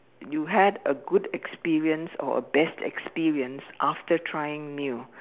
you had a good experience or a best experience after trying new